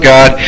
God